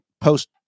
post